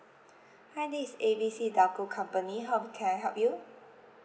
hi this is A B C telco company how can I help you